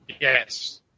Yes